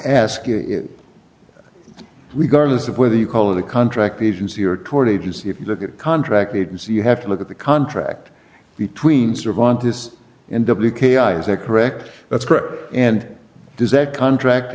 ask you regardless of whether you call it a contract agency or toward agency if you look at contract agency you have to look at the contract between servant this and w k i is that correct that's correct and does that contract